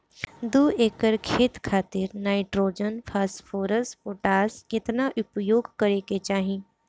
दू एकड़ खेत खातिर नाइट्रोजन फास्फोरस पोटाश केतना उपयोग करे के चाहीं?